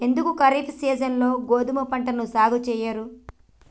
ఎందుకు ఖరీఫ్ సీజన్లో గోధుమ పంటను సాగు చెయ్యరు?